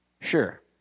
sure